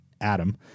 Adam